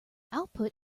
output